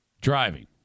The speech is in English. driving